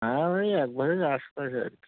হ্যাঁ ওই এক ভরির আশপাশে আর কি